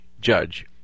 judge